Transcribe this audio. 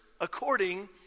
according